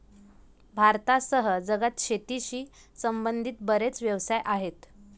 भारतासह जगात शेतीशी संबंधित बरेच व्यवसाय आहेत